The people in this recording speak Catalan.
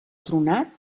tronat